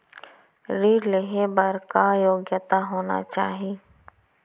ऋण लेहे बर का योग्यता होना चाही?